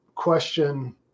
question